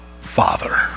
Father